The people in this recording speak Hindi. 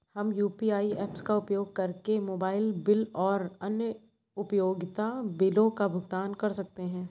हम यू.पी.आई ऐप्स का उपयोग करके मोबाइल बिल और अन्य उपयोगिता बिलों का भुगतान कर सकते हैं